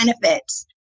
benefits